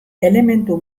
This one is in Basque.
elementu